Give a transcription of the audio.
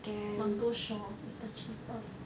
must go shaw is the cheapest